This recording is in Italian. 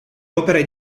opere